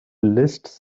lists